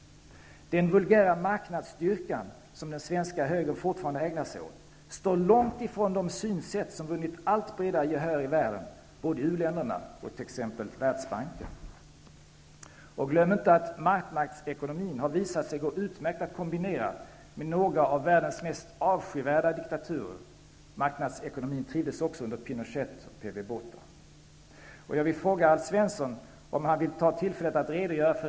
Den vulgära marknadsdyrkan som den svenska högern fortfarande ägnar sig åt står långt ifrån de synsätt som vunnit allt bredare gehör i världen, både i u-länderna och i t.ex. Världsbanken. Glöm inte att marknadsekonomin har visat sig gå utmärkt att kombinera med några av världens mest avskyvärda diktaturer. Marknadsekonomin trivdes också under Pinochet och P W Botha.